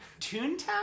Toontown